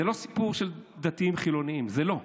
זה לא סיפור של דתיים חילוניים, זה לא.